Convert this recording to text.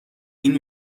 این